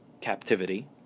captivity